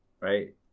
right